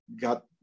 got